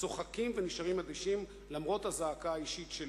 צוחקים ונשארים אדישים, למרות הזעקה האישית שלי.